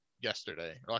yesterday